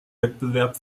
wettbewerb